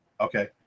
okay